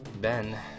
ben